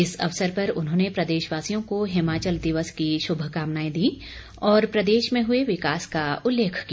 इस अवसर पर उन्होंने प्रदेशवासियों को हिमाचल दिवस की शुभकामनाएं दीं और प्रदेश में हुए विकास का उल्लेख किया